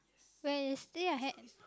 where you stay I had